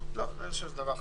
אני חושב שזה דבר חשוב.